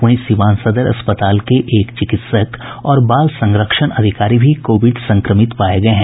वहीं सिवान सदर अस्पताल के एक चिकित्सक और बाल संरक्षण अधिकारी भी कोविड संक्रमित पाये गये हैं